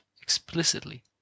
explicitly